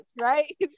right